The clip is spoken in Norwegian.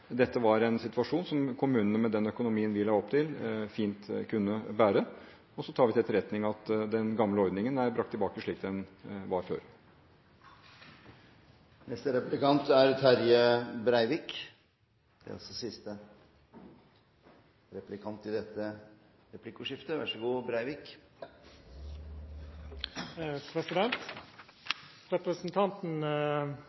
dette var en situasjon som kommunene, med den økonomien vi la opp til, fint kunne bære, og så tar vi til etterretning at den gamle ordningen er bragt tilbake slik den var før. Representanten Gahr Støre har ved fleire høve hevda at den nye regjeringa kjem til dekt bord, og at alt ved norsk økonomi går på skjener. Det er